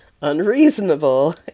unreasonable